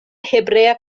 hebrea